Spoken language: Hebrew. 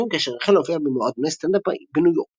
ה-20 כאשר החל להופיע במועדוני סטנד אפ בניו יורק.